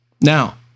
Now